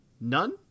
None